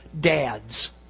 dads